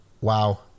Wow